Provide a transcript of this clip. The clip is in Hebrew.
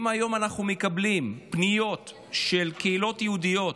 אם היום אנחנו מקבלים פניות של קהילות יהודיות